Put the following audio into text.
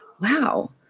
wow